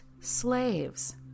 slaves